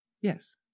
Yes